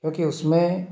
क्योंकि उसमें